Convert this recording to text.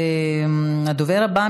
הדובר הבא,